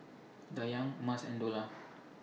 Dayang Mas and Dollah